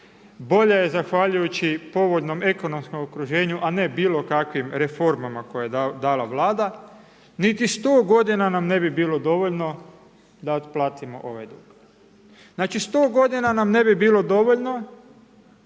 bolja je zahvaljujući povoljnom ekonomskom okruženju, a ne bilo kakvim reformama koje je dala Vlada, niti 100 godina nam ne bi bilo dovoljno da otplatimo ovaj dug. Znači, 100 godina nam ne bi bilo dovoljno